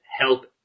help